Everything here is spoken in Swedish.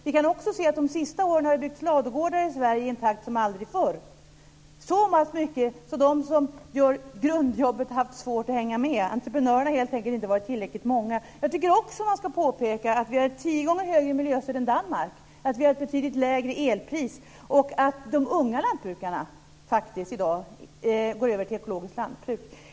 Vi kan också se att de senaste åren har det byggts ladugårdar i Sverige i en takt som aldrig förr, så pass mycket att de som gör grundjobbet har haft svårt att hänga med - entreprenörerna har helt enkelt inte varit tillräckligt många. Jag tycker också att man ska påpeka att vi har ett tio gånger högre miljöstöd än Danmark, att vi har ett betydligt lägre elpris och att de unga lantbrukarna faktiskt i dag går över till ekologiskt lantbruk.